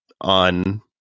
on –